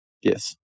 Yes